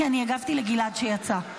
כי הגבתי לגלעד שיצא.